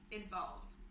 involved